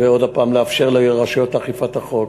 ועוד פעם לאפשר לרשויות אכיפת החוק.